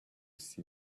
see